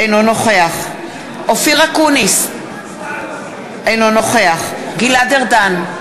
אינו נוכח אופיר אקוניס, אינו נוכח גלעד ארדן,